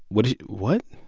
what did what?